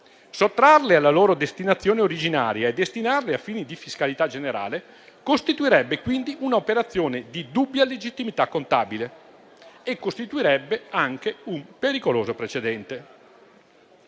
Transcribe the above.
Sottrarle alla loro destinazione originaria e destinarle a fini di fiscalità generale costituirebbe quindi una operazione di dubbia legittimità contabile e costituirebbe anche un pericoloso precedente.